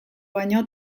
baino